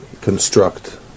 construct